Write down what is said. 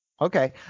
Okay